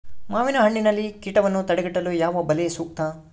ಮಾವಿನಹಣ್ಣಿನಲ್ಲಿ ಕೇಟವನ್ನು ತಡೆಗಟ್ಟಲು ಯಾವ ಬಲೆ ಸೂಕ್ತ?